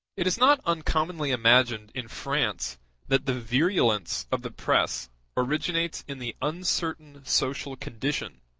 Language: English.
it is not uncommonly imagined in france that the virulence of the press originates in the uncertain social condition,